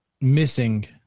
missing